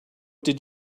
did